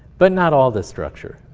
but not all the structure.